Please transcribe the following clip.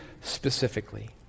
specifically